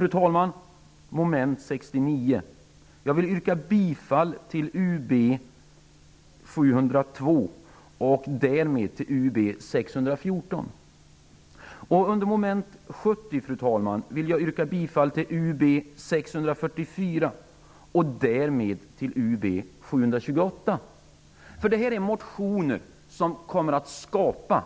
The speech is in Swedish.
När det gäller mom. 69 vill jag yrka bifall till motionen UB702 och därmed till UB614. Under mom. 70 vill jag yrka bifall till UB644 och därmed till UB728. Detta är motioner som kommer att skapa